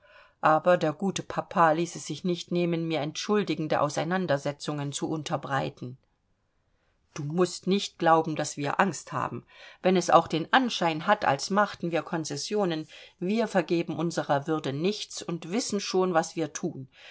aber der gute papa ließ es sich nicht nehmen mir entschuldigende auseinandersetzungen zu unterbreiten du mußt nicht glauben daß wir angst haben wenn es auch den anschein hat als machten wir konzessionen wir vergeben unserer würde nichts und wissen schon was wir thun